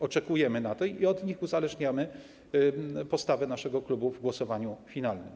Oczekujemy na to i od nich uzależniamy postawę naszego klubu w głosowaniu finalnym.